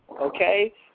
okay